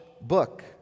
book